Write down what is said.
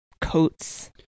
coats